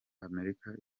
amerika